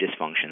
dysfunction